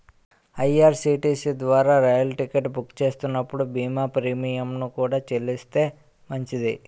IRCTC ద్వారా రైలు ticket book చేస్తున్నప్పుడు బీమా ప్రీమియంను కూడా చెల్లిస్తే మంచిది